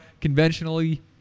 conventionally